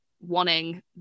wanting